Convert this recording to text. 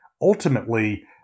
Ultimately